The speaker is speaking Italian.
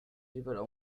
rivelò